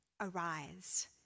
arise